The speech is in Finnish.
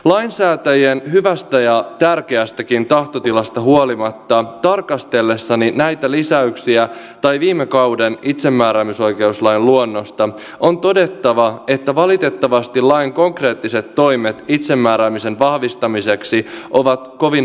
lainsäätäjien hyvästä ja tärkeästäkin tahtotilasta huolimatta tarkastellessani näitä lisäyksiä tai viime kauden itsemääräämisoikeuslain luonnosta on todettava että valitettavasti lain konkreettiset toimet itsemääräämisen vahvistamiseksi ovat kovin vaatimattomia